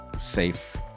safe